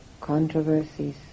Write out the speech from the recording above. controversies